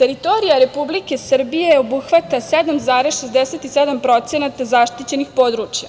Teritorija Republike Srbije obuhvata 7,67% zaštićenih područja